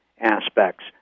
aspects